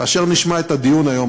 כאשר נשמע את הדיון היום,